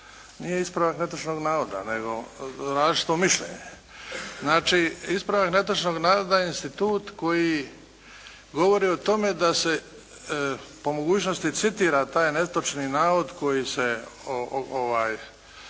nije ispravak netočnog navoda nego različito mišljenje. Znači ispravak netočnog navoda je institut koji govori o tome da se po mogućnosti citira taj netočni navod koji se